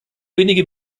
wenige